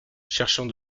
cherchant